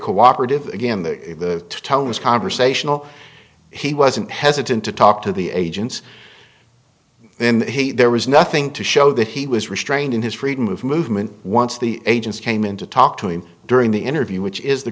cooperative again the tone was conversational he wasn't hesitant to talk to the agents and he there was nothing to show that he was restrained in his freedom of movement once the agents came in to talk to him during the interview which is the